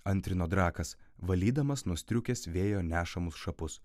antrino drakas valydamas nuo striukės vėjo nešamus šapus